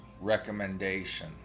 recommendation